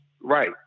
right